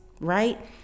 right